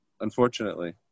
unfortunately